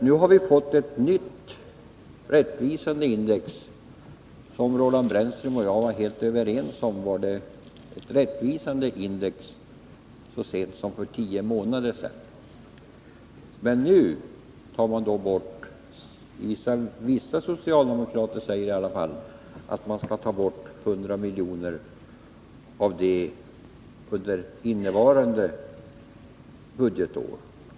Nu har vi fått ett nytt index, som Roland Brännström och jag så sent som för tio månader sedan var helt överens om var ett rättvisande index. Men nu säger åtminstone vissa socialdemokrater att man skall ta bort 100 milj.kr. under innevarande budgetår.